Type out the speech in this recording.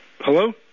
Hello